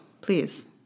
please